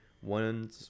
one